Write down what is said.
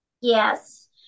Yes